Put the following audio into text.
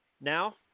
now